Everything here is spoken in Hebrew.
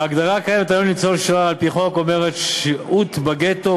ההגדרה הקיימת היום לניצול שואה על-פי חוק אומרת: שהות בגטו,